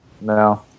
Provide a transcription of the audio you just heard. no